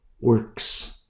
works